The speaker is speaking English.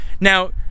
Now